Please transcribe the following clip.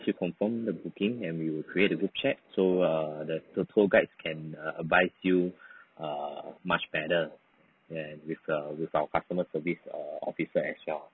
you confirm the booking and we will create a group chat so err the the tour guides can err advise you err much better and with the with our customer service err officer as well